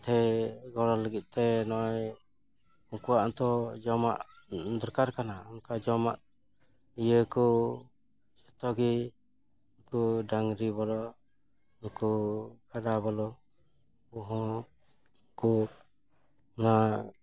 ᱡᱟᱛᱮ ᱜᱚᱲᱚ ᱞᱟᱹᱜᱤᱫ ᱛᱮ ᱱᱚᱜᱚᱭ ᱱᱩᱠᱩᱣᱟᱜ ᱦᱚᱛᱚ ᱡᱚᱢᱟᱜ ᱫᱚᱨᱠᱟᱨ ᱠᱟᱱᱟ ᱚᱱᱠᱟ ᱡᱚᱢᱟᱜ ᱤᱭᱟᱹ ᱠᱚ ᱡᱚᱛᱚᱜᱮ ᱱᱩᱠᱩ ᱰᱟᱝᱨᱤ ᱵᱚᱞᱚ ᱱᱩᱠᱩ ᱠᱟᱰᱟ ᱵᱚᱞᱚ ᱱᱩᱠᱩᱦᱚᱸ ᱠᱚ ᱱᱚᱣᱟ